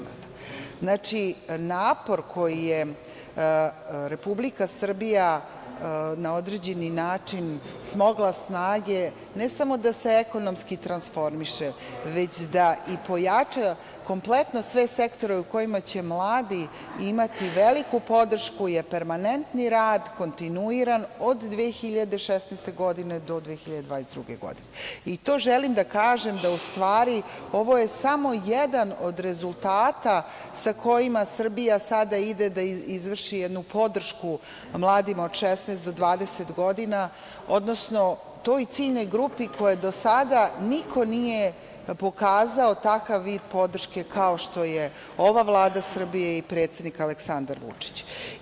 Napor koji je Republika Srbija na određeni način smogla snage ne samo da se ekonomski transformiše, već i da pojača kompletno sve sektore u kojima će mladi imati veliku podršku je permanentni rad, kontinuiran od 2016. godine do 2022. godine i želim da kažem da u stvari je ovo samo jedan od rezultata sa kojima Srbija sada ide da izvrši jednu podršku mladima od 16 do 29 godina, odnosno toj ciljnoj grupi kojoj do sada niko nije pokazao takav vid podrške kao što je ova Vlada Srbije i predsednik Aleksandar Vučić.